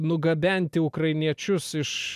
nugabenti ukrainiečius iš